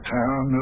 town